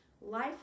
life